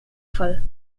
fall